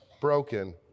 broken